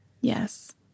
Yes